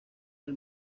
del